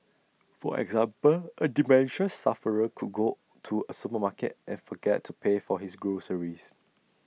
for example A dementia sufferer could go to A supermarket and forget to pay for his groceries